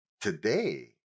today